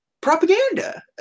propaganda